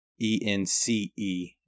e-n-c-e